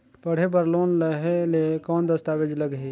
पढ़े बर लोन लहे ले कौन दस्तावेज लगही?